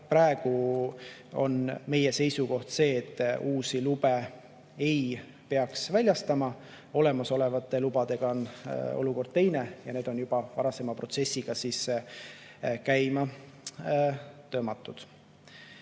praegu on meie seisukoht see, et uusi lube ei peaks väljastama. Olemasolevate lubadega on olukord teine ja need on juba varasema protsessiga käima tõmmatud."Mil